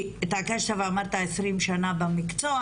כי התעקשת ואמרת 20 שנה במקצוע.